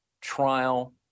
trial